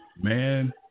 man